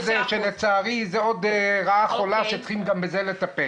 שלדעתי זאת רעה חולה וגם בזה צריכים לטפל.